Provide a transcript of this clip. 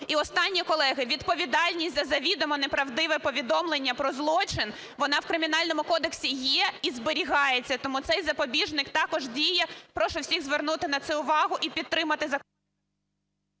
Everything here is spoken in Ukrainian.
І останнє, колеги. Відповідальність за завідомо неправдиве повідомлення про злочин вона в кримінальному кодексі є і зберігається. Тому цей запобіжник також діє. Прошу всіх звернути на це увагу і підтримати… ГОЛОВУЮЧИЙ.